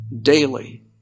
daily